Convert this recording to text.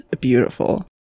beautiful